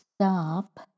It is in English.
Stop